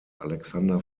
alexander